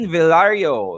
Villario